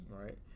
right